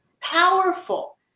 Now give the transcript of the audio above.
powerful